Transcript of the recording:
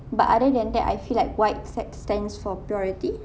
but other than that I feel like white sec~ stands for purity